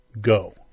go